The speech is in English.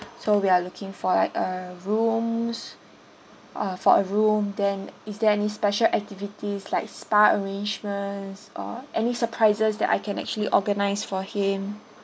so we are looking for like uh rooms uh for a room then is there any special activities like spa arrangements or any surprises that I can actually organized for him